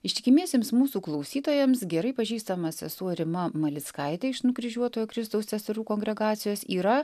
ištikimiesiems mūsų klausytojams gerai pažįstama sesuo rima malickaitė iš nukryžiuotojo kristaus seserų kongregacijos yra